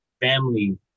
family